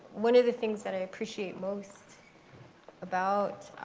one of the things that i appreciate most about